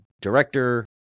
director